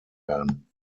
werden